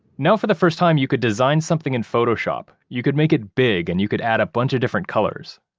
now for the first time you could design something in photoshop, you could make it big, and you could add a bunch of different colors,